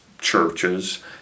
churches